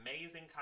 amazing